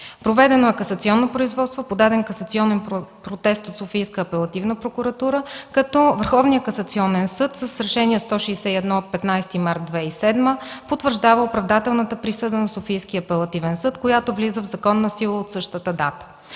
Проведено е касационно производство по даден касационен протест от Софийска апелативна прокуратура като Върховният касационен съд с Решение № 161 от 15 март 2007 г. потвърждава оправдателната присъда на Софийския апелативен съд, която влиза в законна сила от същата дата.